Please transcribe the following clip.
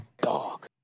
Dog